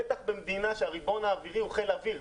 בטח במדינה שהריבון האווירי הוא חיל האוויר.